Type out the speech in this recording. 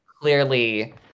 clearly